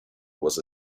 was